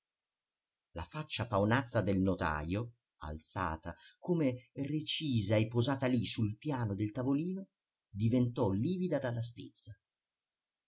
la faccia paonazza del notajo alzata come recisa e posata lì sul piano del tavolino diventò livida dalla stizza